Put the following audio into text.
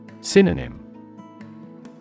Synonym